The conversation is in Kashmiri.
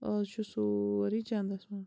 آز چھُ سورُے چَنٛدَس منٛز